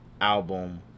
album